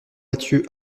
mathieu